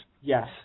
Yes